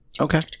Okay